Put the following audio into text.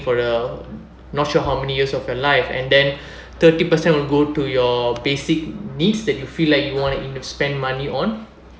for a not sure how many years of your life and then thirty percent will go to your basic needs that you feel like you wanted spend money on